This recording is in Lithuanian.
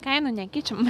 kainų nekeičiam